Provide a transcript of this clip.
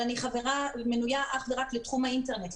אבל אני מנויה אך ורק לתחום האינטרנט,